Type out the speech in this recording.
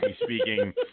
speaking